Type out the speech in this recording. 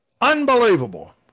Unbelievable